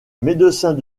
médecins